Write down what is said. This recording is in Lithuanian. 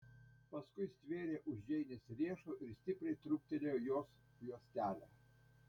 paskui stvėrė už džeinės riešo ir stipriai trūktelėjo jos juostelę